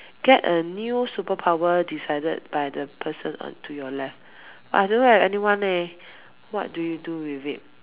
get a new superpower decided by the person onto your left but I don't have anyone leh what do you do with it